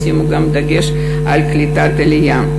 ישימו גם דגש על קליטת עלייה.